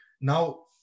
Now